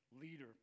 leader